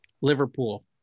liverpool